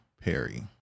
Perry